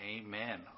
amen